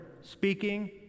speaking